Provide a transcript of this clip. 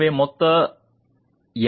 எனவே மொத்த N 0